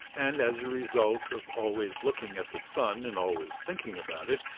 and, as a result of always looking at the sun and always thinking about it,